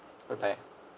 bye bye